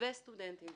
וסטודנטים,